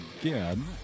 again